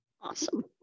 Awesome